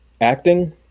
Acting